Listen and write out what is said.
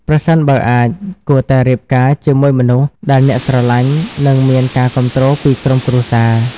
ប្រសិនបើអាច គួរតែរៀបការជាមួយមនុស្សដែលអ្នកស្រលាញ់ និងមានការគាំទ្រពីក្រុមគ្រួសារ។